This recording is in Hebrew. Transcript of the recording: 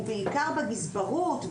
ובעיקר בגזברות,